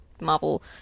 Marvel